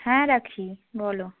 হ্যাঁ রাখি বলো